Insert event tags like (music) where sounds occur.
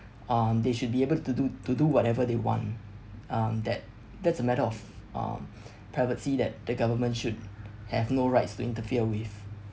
um they should be able to do to do whatever they want um that that's a matter of um (breath) privacy that the government should have no rights to interfere with